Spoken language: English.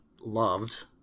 loved